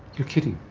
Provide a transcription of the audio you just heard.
you're kidding?